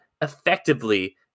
effectively